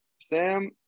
Sam